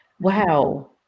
wow